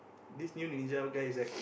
this new ninja guy is like